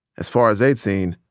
as far as they'd seen,